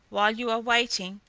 while you are waiting?